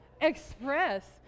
express